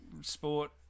sport